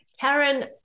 Karen